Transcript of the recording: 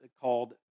called